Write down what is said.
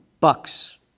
bucks